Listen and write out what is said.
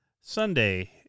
Sunday